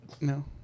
No